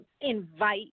invite